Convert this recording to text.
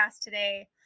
today